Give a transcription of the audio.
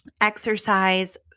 exercise